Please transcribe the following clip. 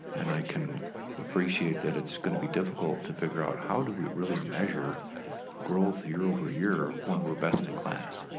and i can appreciate that it's gonna be difficult to figure out how do we really measure growth year over year when we're best in class.